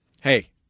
Hey